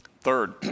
Third